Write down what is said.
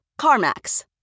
CarMax